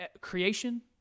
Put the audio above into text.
creation